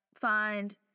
find